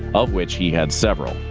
of which he had several.